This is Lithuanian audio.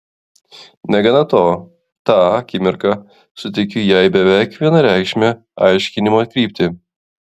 negana to tą akimirką suteikiu jai beveik vienareikšmę aiškinimo kryptį